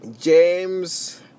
James